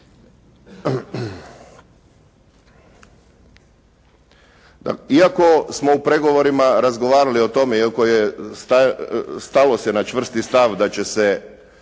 Iako smo u pregovorima razgovarali o tome iako je stalo se na čvrsti stav da se